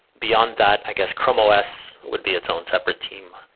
beyond that, i guess chrome os would be its own separate team.